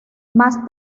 más